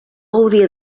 gaudia